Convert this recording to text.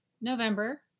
November